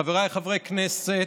חבריי חברי הכנסת,